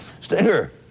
Stinger